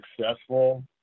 successful –